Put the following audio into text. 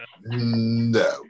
No